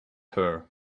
her